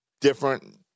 different